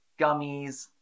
gummies